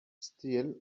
steel